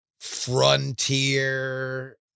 frontier